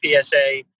PSA